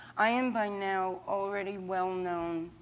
i am by now already well-known.